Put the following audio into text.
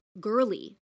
girly